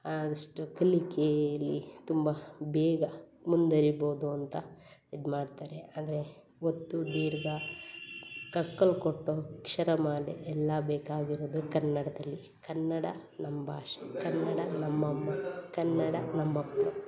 ಆ ಸ್ಟಬಲಿಕೇಲಿ ತುಂಬ ಬೇಗ ಮುಂದುವರಿಬೋದು ಅಂತ ಇದು ಮಾಡ್ತಾರೆ ಆದರೆ ಒತ್ತು ದೀರ್ಘ ಕಕ್ಕಲು ಕಟ್ಟು ಅಕ್ಷರ ಮಾಲೆ ಎಲ್ಲ ಬೇಕಾಗಿರೋದು ಕನ್ನಡದಲ್ಲಿ ಕನ್ನಡ ನಮ್ಮ ಭಾಷೆ ಕನ್ನಡ ನಮ್ಮಮ್ಮ ಕನ್ನಡ ನಮ್ಮಪ್ಪ